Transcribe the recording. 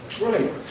Right